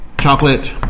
Chocolate